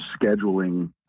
scheduling